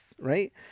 right